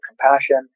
compassion